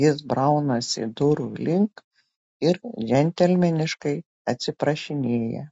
jis braunasi durų link ir džentelmeniškai atsiprašinėja